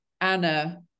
Anna